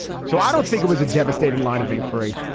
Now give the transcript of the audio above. so i don't think it was a devastating line of inquiry.